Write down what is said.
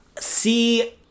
See